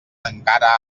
encara